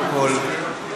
קודם כול,